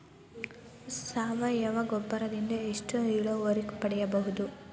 ಸಾವಯವ ಗೊಬ್ಬರದಿಂದ ಎಷ್ಟ ಇಳುವರಿ ಪಡಿಬಹುದ?